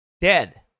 Dead